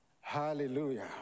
Hallelujah